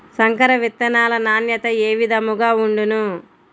సంకర విత్తనాల నాణ్యత ఏ విధముగా ఉండును?